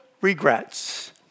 regrets